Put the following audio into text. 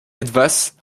etwas